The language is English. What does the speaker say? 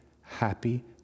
happy